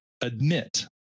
admit